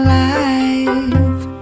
life